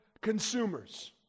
consumers